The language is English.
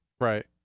Right